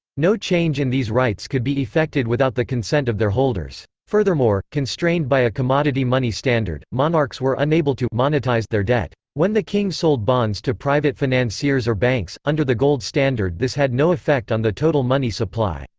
no change in these rights could be effected without the consent of their holders. furthermore, constrained by a commodity money standard, monarchs were unable to monetize their debt. when the king sold bonds to private financiers or banks, under the gold standard this had no effect on the total money supply.